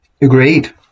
Agreed